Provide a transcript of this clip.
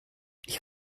ich